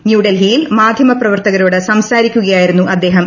ന്യൂഡൽഹിയിൽ മാധ്യമ പ്രവർത്തകരോട് സംസാരിക്കുകയായിരുന്നു അദ്ദേഹം